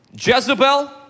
Jezebel